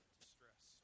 distress